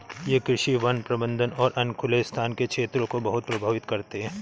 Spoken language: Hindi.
ये कृषि, वन प्रबंधन और अन्य खुले स्थान के क्षेत्रों को बहुत प्रभावित करते हैं